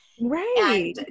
Right